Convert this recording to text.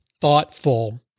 thoughtful